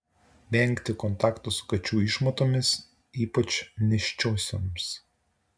vengti kontakto su kačių išmatomis ypač nėščiosioms